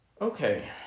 Okay